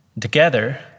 Together